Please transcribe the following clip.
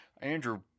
Andrew